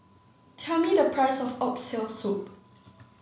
tell me the price of oxtail soup